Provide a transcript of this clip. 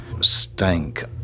stank